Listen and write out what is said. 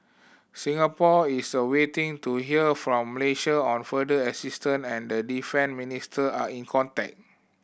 Singapore is a waiting to hear from Malaysia on further assistance and the defence minister are in contact